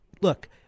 look